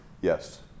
Yes